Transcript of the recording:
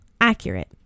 accurate